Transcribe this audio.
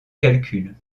calcul